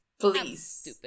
Please